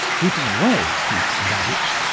keeping away sheep and rabbits,